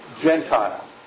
Gentile